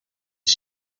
his